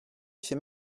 fait